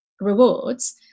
rewards